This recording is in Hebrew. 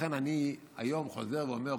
לכן אני היום חוזר ואומר,